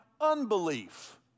unbelief